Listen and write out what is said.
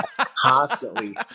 constantly